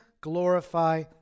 glorify